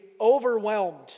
overwhelmed